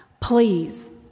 please